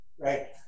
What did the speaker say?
right